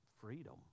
freedom